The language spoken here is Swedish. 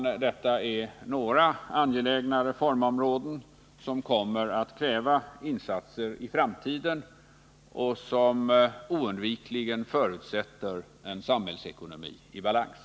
Jag har pekat på några områden med angelägna reformbehov, som kommer att kräva insatser i framtiden och som oundvikligen förutsätter en samhällsekonomi i balans.